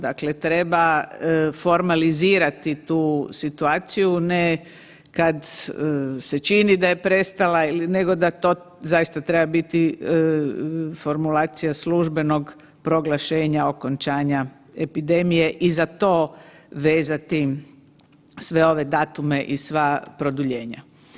Dakle, treba formalizirati tu situaciju ne kad se čini da je prestala ili, nego da to zaista treba biti formulacija službenog proglašenja okončanja epidemije i za to vezati sve ove datume i sva produljenja.